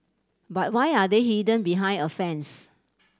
but why are they hidden behind a fence